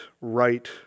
right